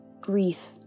grief